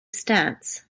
stunts